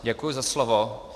Děkuji za slovo.